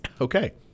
Okay